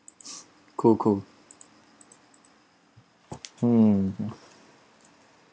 cool cool hmm